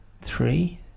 three